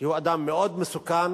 כי הוא אדם מאוד מסוכן,